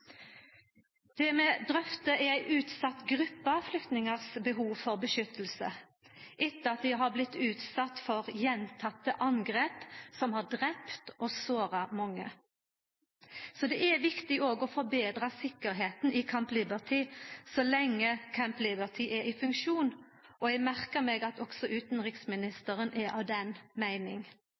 Det vi drøftar, er ei utsett gruppe flyktningars behov for beskyttelse, etter at dei har blitt utsette for gjentekne angrep som har drept og såra mange. Det er viktig å forbetra tryggleiken i Camp Liberty så lenge Camp Liberty er i funksjon. Eg merkar meg at også utanriksministeren er av den meining.